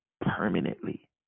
permanently